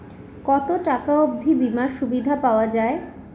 কত টাকা অবধি বিমার সুবিধা পাওয়া য়ায়?